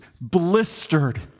blistered